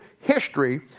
history